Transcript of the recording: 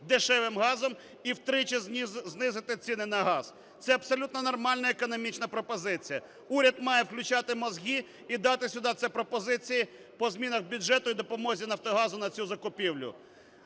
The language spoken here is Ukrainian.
дешевим газом і втричі знизити ціни на газ. Це абсолютна нормальна економічна пропозиція. Уряд має включати мозги і дати сюди ці пропозиції по змінах бюджету і допомозі "Нафтогазу" на цю закупівлю.